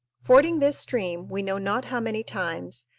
fording this stream we know not how many times,